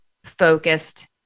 focused